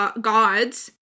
gods